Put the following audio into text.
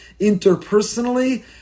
interpersonally